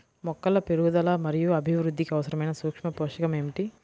మొక్కల పెరుగుదల మరియు అభివృద్ధికి అవసరమైన సూక్ష్మ పోషకం ఏమిటి?